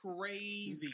Crazy